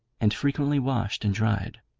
and frequently washed and dried.